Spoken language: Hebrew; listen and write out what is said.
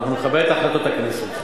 ואנחנו נכבד את החלטות הכנסת.